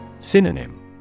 Synonym